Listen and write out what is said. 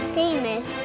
famous